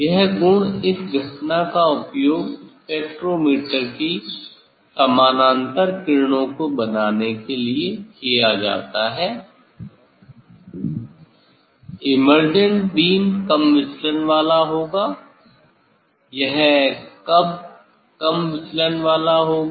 यह गुण इस घटना का उपयोग स्पेक्ट्रोमीटर की समानांतर किरणों को बनाने के लिए किया जाता है इमर्जेंट बीम कम विचलन वाला होगा यह कब कम विचलन वाला होगा